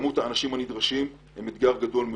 וכמות האנשים הנדרשים היא אתגר גדול מאוד.